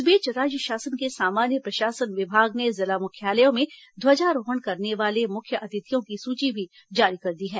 इस बीच राज्य शासन के सामान्य प्रशासन विभाग ने जिला मुख्यालयों में ध्वजारोहण करने वाले मुख्य अतिथियों की सूची भी जारी कर दी है